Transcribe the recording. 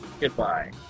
goodbye